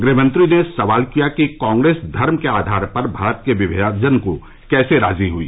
गृहमंत्री ने सवाल किया कि कांग्रेस धर्म के आधार पर भारत के विभाजन को कैसे राजी हुई